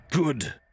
Good